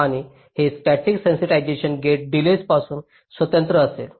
आणि हे static sensitization gate delays पासून स्वतंत्र असेल